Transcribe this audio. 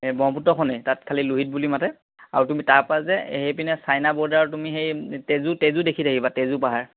এই ব্ৰহ্মপুত্ৰখনেই তাত খালী লুহিত বুলি মাতে আৰু তুমি তাৰ পৰা যে সেইপিনে চাইনা বৰ্ডাৰত তুমি সেই তেজু তেজু দেখি থাকিবা তেজু পাহাৰ